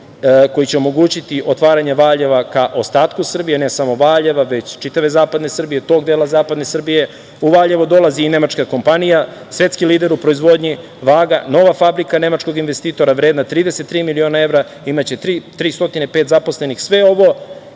koji će omogućiti otvaranje Valjeva ka ostatku Srbije, ne samo Valjeva, već čitave zapadne Srbije, tog dela zapadne Srbije. U Valjevo dolazi i nemačka kompanija, svetski lider u proizvodnji vaga. Nova fabrika nemačkog investitora vredna 33 miliona evra imaće 305 zaposlenih. Sve ovo,